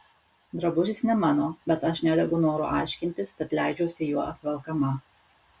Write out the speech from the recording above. drabužis ne mano bet aš nedegu noru aiškintis tad leidžiuosi juo apvelkama